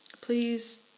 please